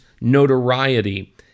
notoriety